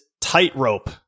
tightrope